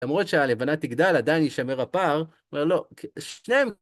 למרות שהלבנה תגדל, עדיין יישמר הפער, אומר לא, שניהם...